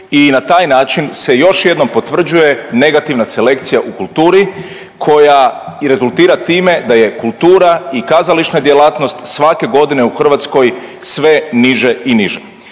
i na taj način se još jednom potvrđuje negativna selekcija u kulturi koja i rezultira time da je kultura i kazališna djelatnost svake godine u Hrvatskoj sve niže i niže.